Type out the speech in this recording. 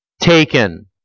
taken